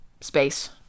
space